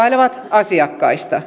asiakkaista